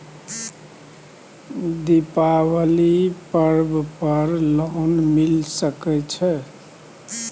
दीपावली पर्व पर लोन मिल सके छै?